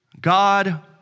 God